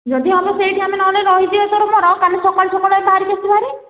ଯଦି ଆମେ ସେଇଠି ଆମେ ନହେଲେ ରହିଯିବା ତୋର ମୋର କାଲି ସକାଳୁ ସକାଳୁ ବାହରିକି ଆସିବା ଭାରି